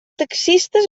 taxistes